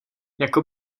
jako